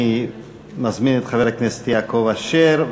אני מזמין את חבר הכנסת יעקב אשר,